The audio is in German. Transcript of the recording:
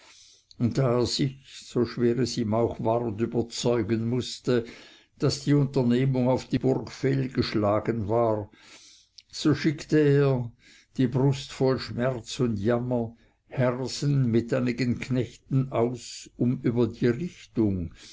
da er sich so schwer es ihm auch ward überzeugen mußte daß die unternehmung auf die burg fehlgeschlagen war so schickte er die brust voll schmerz und jammer hersen mit einigen knechten aus um über die richtung